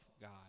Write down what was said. God